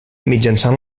mitjançant